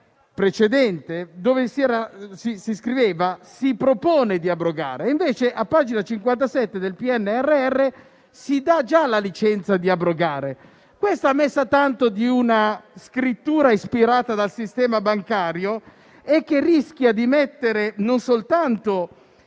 precedente, in cui si scriveva: «si propone di abrogare»; invece, a pagina 58 del PNRR, si dà già la licenza di abrogare. Questa mi sembra tanto una scrittura ispirata dal sistema bancario, che rischia non soltanto